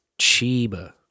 Chiba